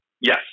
yes